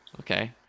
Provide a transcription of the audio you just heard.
Okay